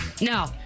No